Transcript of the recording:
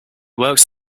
works